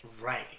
right